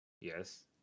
Yes